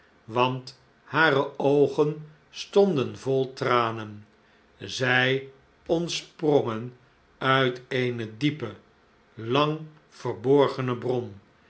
want hare oogen stonden vol tranen zij ontsprongen uit eene diepe lang verborgene bron